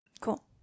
Cool